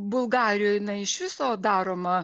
bulgarijoj na iš viso daroma